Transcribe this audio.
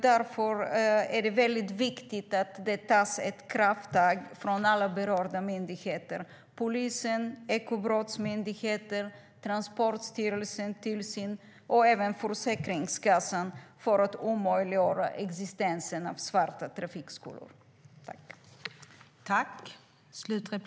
Därför är det viktigt att det tas krafttag från alla berörda myndigheter: polisen, Ekobrottsmyndigheten, Transportstyrelsen och även Försäkringskassan, för att omöjliggöra existensen av svarta körskolor.